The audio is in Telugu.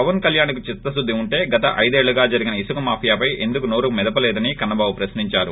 పవన్ కల్యాణ్కు చిత్తశుద్ది ఉంటే గత ఐదేళ్లుగా జరిగిన ఇసుక మాఫియాపై ఎందుకు నోరు మెదపలేదని కన్న బాబు ప్రశ్ని ంచారు